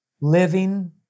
living